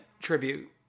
Tribute